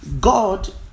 god